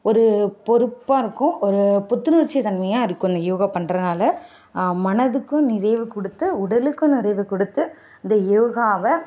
ஒரு பொறுப்பாக இருக்கும் ஒரு புத்துணர்ச்சி தன்மையாக இருக்கும் இந்த யோகா பண்ணுறனால மனதுக்கும் நிறைவு கொடுத்து உடலுக்கும் நிறைவு கொடுத்து இந்த யோகாவை